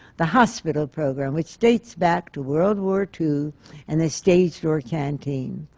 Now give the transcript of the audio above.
the hospital program, which dates back to world war two and the stage door canteen.